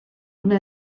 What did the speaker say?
una